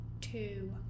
two